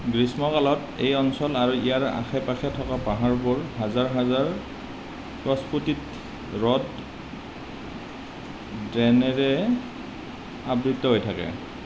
গ্ৰীষ্মকালত এই অঞ্চল আৰু ইয়াৰ আশে পাশে থকা পাহাৰবোৰ হাজাৰ হাজাৰ প্ৰস্ফুতিত ৰডড্ৰেনেৰে আবৃত হৈ থাকে